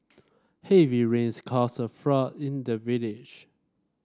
heavy rains caused a flood in the village